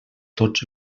tots